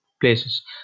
places